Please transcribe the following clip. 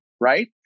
right